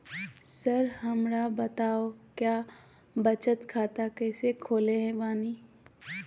Sir हमरा बताओ क्या बचत खाता कैसे खोले बानी?